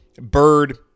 Bird